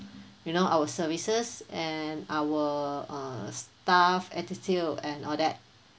you know our services and our err staff attitude and all that